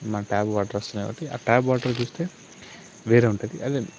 మ tap water వస్తున్నాయి కాబట్టి ఆ ట్యాప్ వాటర్ చూస్తే వేరే ఉంటుంది ఆదే